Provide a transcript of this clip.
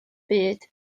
byd